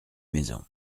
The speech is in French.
maison